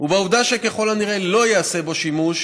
ובעובדה שככל הנראה לא ייעשה בו שימוש,